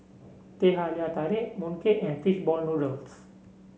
Teh Halia Tarik Mooncake and fish ball noodles